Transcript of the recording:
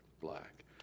Black